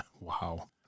Wow